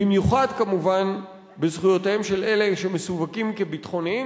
במיוחד כמובן בזכויותיהם של אלה שמסווגים כביטחוניים,